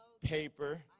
paper